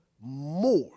more